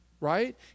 right